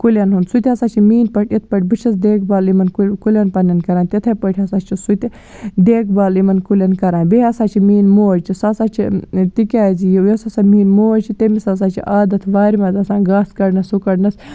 کُلٮ۪ن ہُنٛد سُہ تہِ ہسا چھِ میٛٲنۍ پٲٹھۍ یِتھ پٲٹھۍ بہٕ چھَس دیکھ بال یِمَن کُل کُلٮ۪ن پَنٛنٮ۪ن کران تِتھَے پٲٹھۍ ہسا چھُ سُہ تہِ دیکھ بال یِمَن کُلٮ۪ن کران بیٚیہِ ہسا چھِ میٛٲنۍ موج تہِ سُہ ہسا چھِ تِکیٛازِ یۄس ہسا میٛٲنۍ موج چھِ تٔمِس ہسا چھِ عادت وارِ منٛز آسان گاسہٕ کَڑنَس ہُہ کَڑنَس